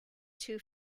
two